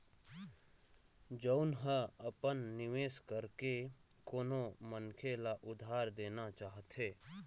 जउन ह अपन निवेश करके कोनो मनखे ल उधार देना चाहथे